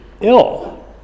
ill